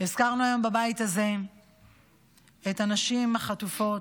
הזכרנו היום בבית הזה את הנשים החטופות,